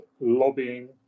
lobbying